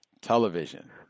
Television